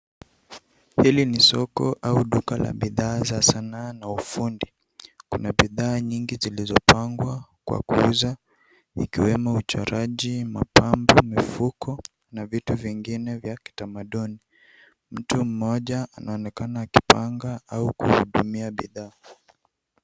Hili ni soko au duka la bidhaa za sanaa na ufundi. Kuna bidhaa nyingi zilizopangwa kwa kuuza ikiwemo uchoraji, mapambo, mifuko na vitu vingine vya kitamaduni. Mtu mmoja anaonekana akipanga au kuhudumia bidhaa.